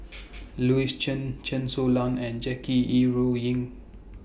Louis Chen Chen Su Lan and Jackie Yi Ru Ying